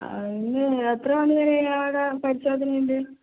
ആ ഇന്ന് എത്ര മണി വരെ അവിടെ പരിശോധന ഉണ്ട്